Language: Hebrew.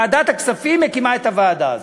ועדת הכספים תקים את הוועדה הזאת.